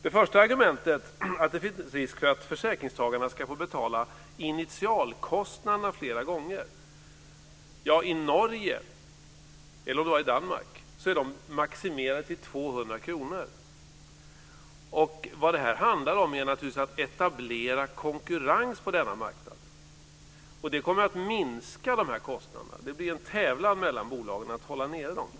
Det första argumentet är att det finns risk för att försäkringstagarna ska få betala initialkostnaderna flera gånger. I Norge, eller om det var i Danmark, är de maximerade till 200 kr. Vad detta handlar om är naturligtvis att etablera konkurrens på denna marknad, och det kommer att minska dessa kostnader. Det blir en tävlan mellan bolagen att hålla nere kostnaderna.